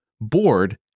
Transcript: Bored